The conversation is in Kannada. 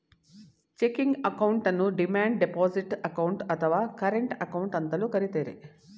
ಚೆಕಿಂಗ್ ಅಕೌಂಟನ್ನು ಡಿಮ್ಯಾಂಡ್ ಡೆಪೋಸಿಟ್ ಅಕೌಂಟ್, ಅಥವಾ ಕರೆಂಟ್ ಅಕೌಂಟ್ ಅಂತಲೂ ಕರಿತರೆ